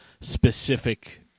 specific